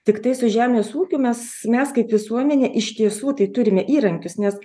tiktai su žemės ūkiu mes mes kaip visuomenė iš tiesų tai turime įrankius nes